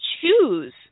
choose